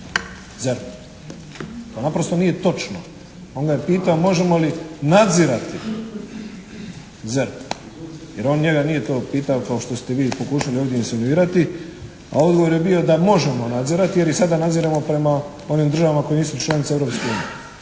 ZERP? To naprosto nije točno. On ga je pitao, možemo li nadzirati ZERP? Jer on nije njega to pitao kao što ste to vi pokušali ovdje insinuirati. A odgovor je bio da možemo nadzirati jer i sada nadziremo prema onim državama koje nisu članice Europske unije.